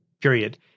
period